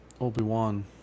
Obi-Wan